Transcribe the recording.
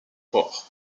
port